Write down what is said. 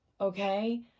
okay